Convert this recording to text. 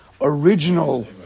original